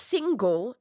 Single